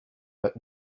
but